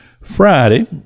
Friday